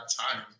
time